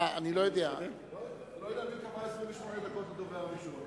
אני לא יודע מי קבע 28 דקות לדובר הראשון.